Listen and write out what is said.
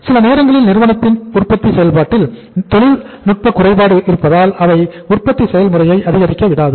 சில நேரங்களில் நிறுவனத்தின் உற்பத்தி செயல்பாட்டில் தொழில்நுட்ப குறைபாடு இருப்பதால் அவை உற்பத்தி செயல்முறையை அதிகரிக்க விடாது